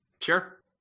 Sure